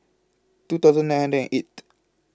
two thousand nine hundred and eight